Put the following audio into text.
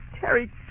Terry